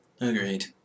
Agreed